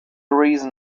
reason